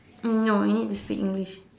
eh no you need to speak English